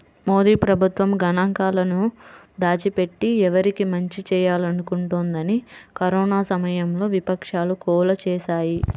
మోదీ ప్రభుత్వం గణాంకాలను దాచిపెట్టి, ఎవరికి మంచి చేయాలనుకుంటోందని కరోనా సమయంలో విపక్షాలు గోల చేశాయి